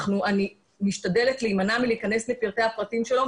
אני משתדלת להימנע מלהיכנס לפרטי הפרטים שלו,